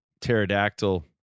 Pterodactyl